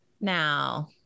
now